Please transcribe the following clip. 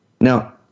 Now